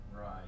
Right